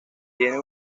tiene